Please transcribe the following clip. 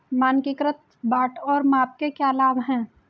मानकीकृत बाट और माप के क्या लाभ हैं?